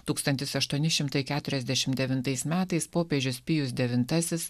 tūkstantis aštuoni šimtai keturiasdešimt devintais metais popiežius pijus devintasis